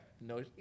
no